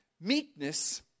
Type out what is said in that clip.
meekness